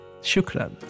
Shukran